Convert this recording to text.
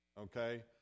okay